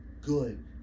good